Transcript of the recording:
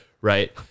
right